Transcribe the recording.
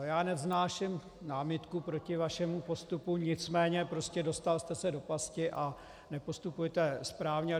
Já nevznáším námitku proti vašemu postupu, nicméně prostě dostal jste se do pasti a nepostupujete správně.